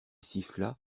siffla